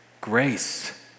grace